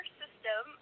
system